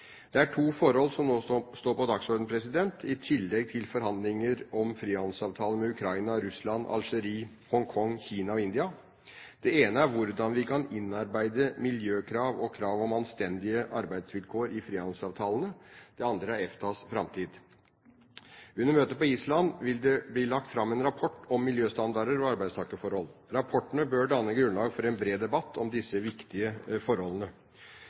Det er to forhold som nå står på dagsordenen, i tillegg til forhandlinger om frihandelsavtaler med Ukraina, Russland, Algerie, Hongkong, Kina og India. Det ene er hvordan vi kan innarbeide miljøkrav og krav om anstendige arbeidsvilkår i frihandelsavtalene. Det andre er EFTAs framtid. Under møtet på Island vil det bli lagt fram en rapport om miljøstandarder og arbeidstakerforhold. Rapporten bør danne grunnlag for en bred debatt om disse viktige forholdene.